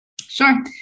Sure